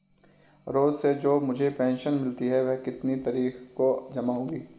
रोज़ से जो मुझे पेंशन मिलती है वह कितनी तारीख को जमा होगी?